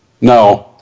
No